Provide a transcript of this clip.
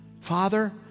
Father